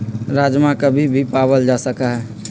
राजमा कभी भी पावल जा सका हई